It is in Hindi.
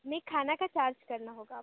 नहीं खाना का चार्ज करना होगा आपको